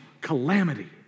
calamity